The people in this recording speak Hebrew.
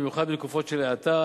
במיוחד בתקופות של האטה,